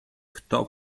kto